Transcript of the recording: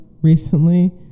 recently